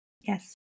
yes